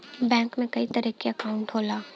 bank में कई तरे क अंकाउट होला